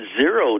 zero